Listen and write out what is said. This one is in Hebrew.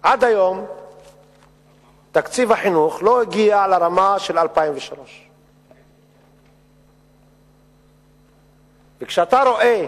עד היום תקציב החינוך לא הגיע לרמה של 2003. כשאתה רואה